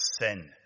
sin